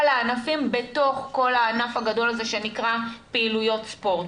לענפים בתוך הענף הגדול הזה שנקרא "פעילויות ספורט".